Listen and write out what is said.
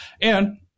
and-